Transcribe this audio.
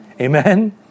Amen